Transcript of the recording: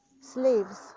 slaves